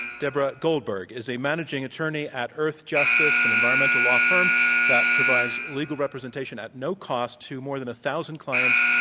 deborah goldberg is a managing attorney at earthjustice, an environmental law firm that provides legal representation at no cost to more than a thousand clients,